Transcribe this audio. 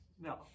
No